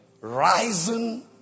Rising